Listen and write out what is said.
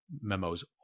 memos